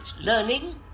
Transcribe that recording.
learning